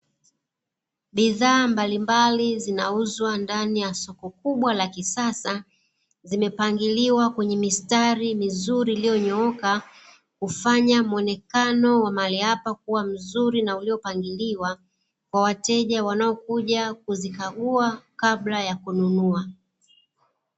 Bidhaa mbalimbali zinauzwa ndani ya soko kubwa la kisasa, zimepangiliwa kwenye mistari mizuri iliyonyooka, hufanya muonekano wa mahali hapa kuwa mzuri na uliopangiliwa kwa wateja wanaokuja kuzikagua kabla ya kununua.